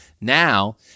Now